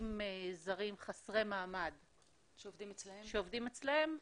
עובדים זרים חסרי מעמד שעובדים אצלם,